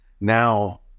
now